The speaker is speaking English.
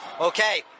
Okay